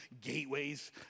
gateways